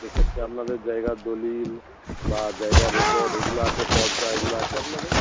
সেক্ষেত্রে আপনাদের জায়গার দলিল বা জায়গার রেকর্ড এগুলো আছে পর্চা এগুলো আছে আপনাদের